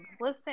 Listen